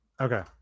Okay